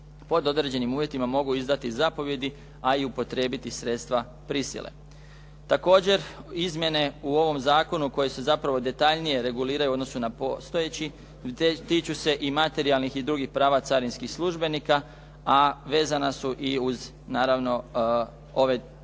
pod određenim uvjetima mogu izdati zapovijedi, a i upotrijebiti sredstva prisile. Također, izmjene u ovom zakonu koje se zapravo detaljnije reguliraju u odnosu na postojeći, tiču se i materijalnih i drugih prava carinskih službenika, a vezana su i uz, naravno ova ograničenja,